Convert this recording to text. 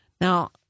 Now